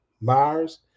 Myers